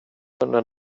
under